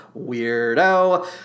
weirdo